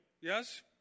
yes